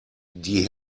die